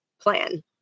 plan